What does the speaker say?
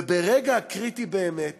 וברגע הקריטי באמת